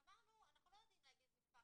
ואמרנו שאנחנו לא יודעים להגיד את מספר